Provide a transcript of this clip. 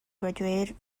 graduated